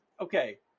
okay